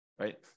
right